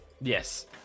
Yes